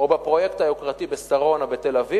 או בפרויקט היוקרתי בשרונה בתל-אביב,